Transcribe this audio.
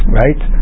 right